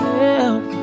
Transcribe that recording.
help